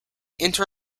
inter